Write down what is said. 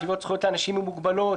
שוויון זכויות לאנשים עם מוגבלות,